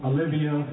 Olivia